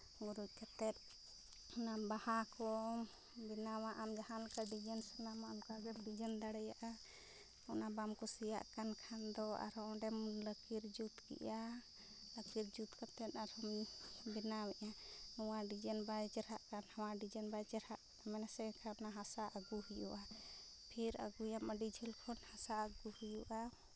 ᱜᱩᱨᱤᱡᱽ ᱠᱟᱛᱮᱫ ᱚᱱᱟ ᱵᱟᱦᱟ ᱠᱚ ᱵᱮᱱᱟᱣᱟᱜᱼᱟ ᱡᱟᱦᱟᱸᱞᱮᱠᱟ ᱰᱤᱡᱟᱭᱤᱱ ᱥᱟᱱᱟᱢᱟ ᱚᱱᱠᱟᱜᱮᱢ ᱰᱤᱡᱟᱭᱤᱱ ᱫᱟᱲᱮᱭᱟᱜᱼᱟ ᱚᱱᱟ ᱵᱟᱢ ᱠᱩᱥᱤᱭᱟᱜ ᱠᱟᱱ ᱠᱷᱟᱱ ᱫᱚ ᱟᱨᱦᱚᱸ ᱚᱸᱰᱮᱢ ᱞᱟᱹᱠᱤᱨ ᱡᱩᱛ ᱠᱮᱜᱼᱟ ᱞᱟᱹᱠᱤᱨ ᱡᱩᱛ ᱠᱟᱛᱮᱫ ᱟᱨᱦᱚᱸᱢ ᱵᱮᱱᱟᱣᱮᱜᱼᱟ ᱱᱚᱣᱟ ᱰᱤᱡᱟᱭᱤᱱ ᱵᱟᱭ ᱪᱮᱨᱦᱟᱜ ᱠᱟᱱᱟ ᱱᱟᱣᱟ ᱰᱤᱡᱟᱭᱤᱱ ᱵᱟᱭ ᱪᱮᱨᱦᱟᱜ ᱠᱟᱱᱟ ᱢᱟᱱᱮ ᱥᱮ ᱮᱱᱠᱷᱟᱱ ᱚᱱᱟ ᱦᱟᱥᱟ ᱟᱹᱜᱩ ᱦᱩᱭᱩᱜᱼᱟ ᱯᱷᱤᱨ ᱟᱹᱜᱩᱭᱟᱢ ᱟᱹᱰᱤ ᱡᱷᱟᱹᱞ ᱠᱷᱚᱱ ᱦᱟᱥᱟ ᱟᱹᱜᱩ ᱦᱩᱭᱩᱜᱼᱟ